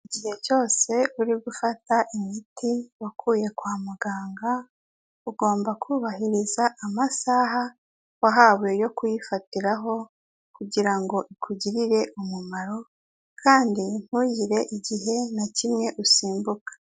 Igihe cyose uri gufata imiti wakuye kwa muganga, ugomba kubahiriza amasaha wahawe yo kuyifatiraho kugira ngo ikugirire umumaro kandi ntugire igihe na kimwe usimbuka.